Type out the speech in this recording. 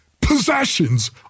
possessions